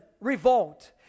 revolt